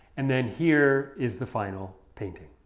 and then here is the final painting